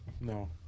no